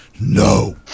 No